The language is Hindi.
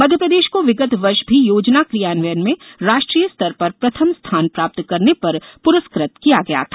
मध्यप्रदेश को विगत वर्ष भी योजना क्रियान्वयन में राष्ट्रीय स्तर पर प्रथम स्थान प्राप्त करने पर प्रस्कृत किया गया था